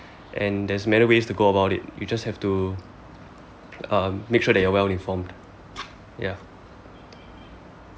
and there's many ways to go about it you just have to um make sure that you're well informed ya